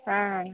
ಹಾಂ